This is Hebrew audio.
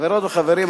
חברות וחברים,